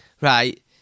right